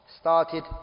started